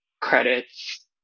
credits